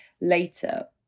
later